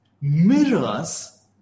mirrors